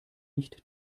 nicht